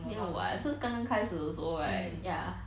没有 [what] 是刚开始的时候 right ya